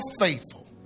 faithful